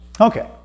Okay